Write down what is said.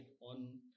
on